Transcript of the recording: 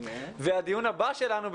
והדיון הבא שלנו,